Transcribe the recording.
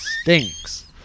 stinks